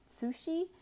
sushi